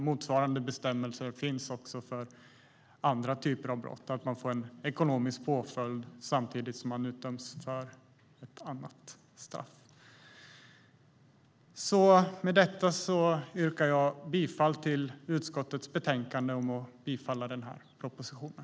Motsvarande bestämmelser finns också för andra typer av brott, det vill säga att man får en ekonomisk påföljd samtidigt som man döms till ett annat straff. Med detta yrkar jag bifall till utskottets förslag i betänkandet, det vill säga att bifalla propositionen.